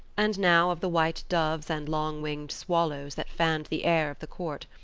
and now of the white doves and long-winged swallows that fanned the air of the court.